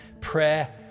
prayer